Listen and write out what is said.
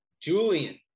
Julian